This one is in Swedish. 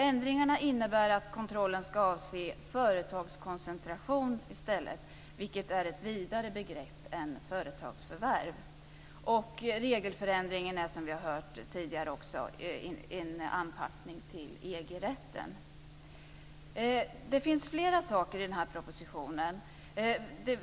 Ändringarna innebär att kontrollen ska avse företagskoncentration i stället, vilket är ett vidare begrepp än företagsförvärv, och regelförändringen är, som vi har hört tidigare också, en anpassning till EG-rätten. Det finns flera saker i den här propositionen.